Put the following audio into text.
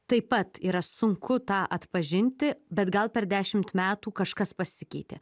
taip pat yra sunku tą atpažinti bet gal per dešimt metų kažkas pasikeitė